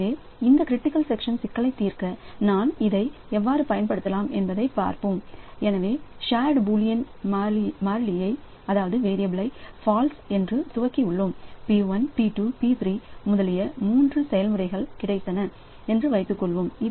எனவே இந்த critical section சிக்கலைத் தீர்க்க நான் இதை எவ்வாறு பயன்படுத்தலாம் என்பதைப் பார்ப்போம் எனவே ஷேர்டூ பூலியன் மாலியை ஃபால்ஸ் என்று துவக்கி உள்ளோம் P1 P2 P3 முதலிய பல செயல்முறைகள் கிடைத்தன என்று வைத்துக்கொள்வோம்